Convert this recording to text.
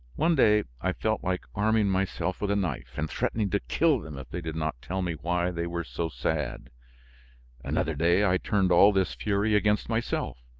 one day i felt like arming myself with a knife and threatening to kill them if they did not tell me why they were so sad another day i turned all this fury against myself.